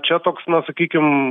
čia toks na sakykim